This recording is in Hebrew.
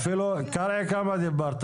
קרעי, כמה דיברת?